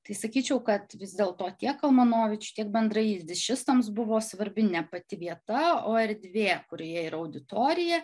tai sakyčiau kad vis dėlto tiek kalmanovičiui tiek bendrai jidišistams buvo svarbi ne pati vieta o erdvė kurioje yra auditorija